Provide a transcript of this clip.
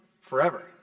forever